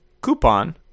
Coupon